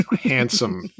handsome